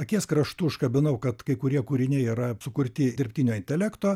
akies kraštu užkabinau kad kai kurie kūriniai yra sukurti dirbtinio intelekto